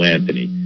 Anthony